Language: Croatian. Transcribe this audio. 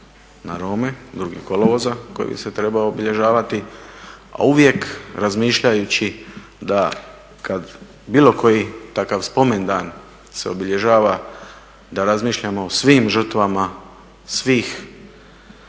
na Rome 2. kolovoza koji bi se trebao obilježavati, a uvijek razmišljajući da kad bilo koji takav spomendan se obilježava da razmišljamo o svim žrtvama svih